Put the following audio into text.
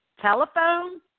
telephone